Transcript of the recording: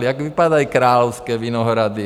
Jak vypadají Královské Vinohrady.